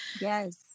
Yes